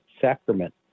Sacrament